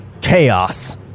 Chaos